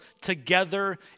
together